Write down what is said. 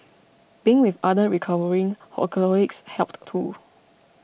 being with other recovering alcoholics helped too